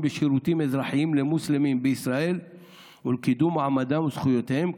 בשירותים אזרחיים למוסלמים בישראל ולקידום מעמדם וזכויותיהם,